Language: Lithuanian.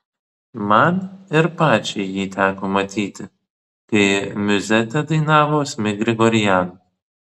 man ir pačiai jį teko matyti kai miuzetę dainavo asmik grigorian